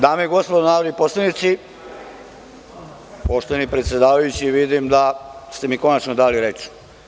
Dame i gospodo narodni poslanici, poštovani predsedavajući vidim da ste mi konačno dali reč.